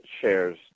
shares